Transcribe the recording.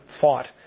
fought